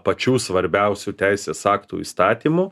pačių svarbiausių teisės aktų įstatymų